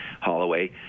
Holloway